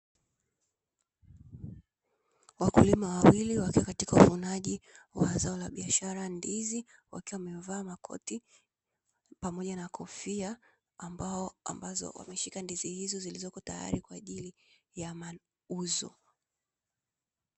Wakulima wawili wakiwa katika uvunaji wa zao la biashara ndizi, wakiwa wamevaa makoti pamoja na kofia ambao wameshika ndizi hizo zilizoko tayari kwa ajili ya mauzo.